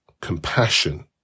compassion